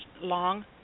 long